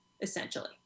essentially